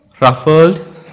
ruffled